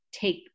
take